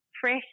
fresh